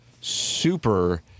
super